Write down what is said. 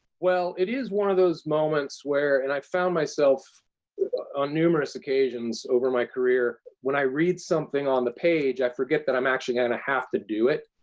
well, it is one of those moments where, and i've found myself on numerous occasions over my career, when i read something on the page, i forget that i'm actually going to have to do it,